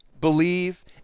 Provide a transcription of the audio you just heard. believe